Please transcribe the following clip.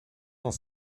cent